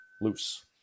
loose